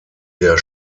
der